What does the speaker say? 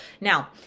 Now